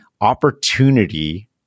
opportunity